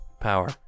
power